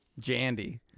jandy